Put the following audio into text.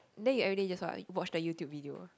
then you everyday just what like watch the YouTube video ah